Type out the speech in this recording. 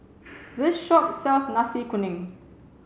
this shop sells Nasi Kuning